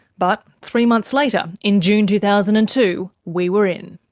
but three months later, in june two thousand and two, we were in.